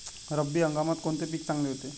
रब्बी हंगामात कोणते पीक चांगले येते?